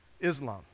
Islam